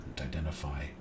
identify